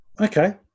Okay